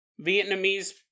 Vietnamese